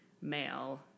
male